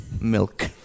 milk